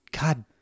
god